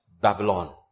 Babylon